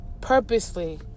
purposely